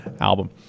album